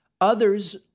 Others